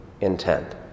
intent